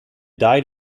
died